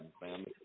family